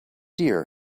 deer